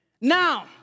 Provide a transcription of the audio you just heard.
now